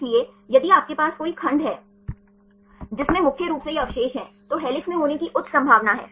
इसलिए यदि आपके पास कोई खंड है जिसमें मुख्य रूप से ये अवशेष हैं तो हेलिक्स में होने की उच्च संभावना है